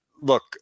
Look